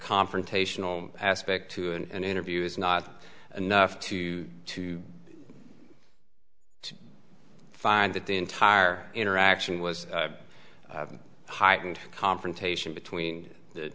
confrontational aspect to and interview is not enough to to find that the entire interaction was heightened confrontation between the